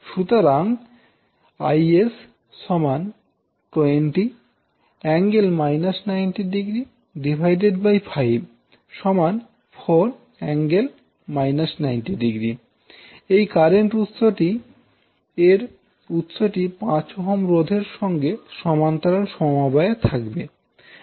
সুতরাং Is 20∠ − 90°5 4∠ − 90° এই current এর উৎসটি 5Ω রোধের সঙ্গে সমান্তরাল সমবায়ে থাকবে